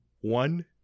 one